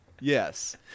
Yes